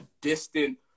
distant